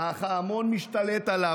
אך ההמון משתלט עליו.